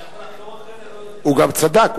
אתה יכול לחזור, הוא גם צדק.